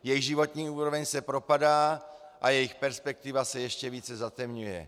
Jejich životní úroveň se propadá a jejich perspektiva se ještě více zatemňuje.